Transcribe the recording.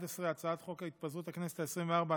11. הצעת חוק התפזרות הכנסת העשרים-וארבע,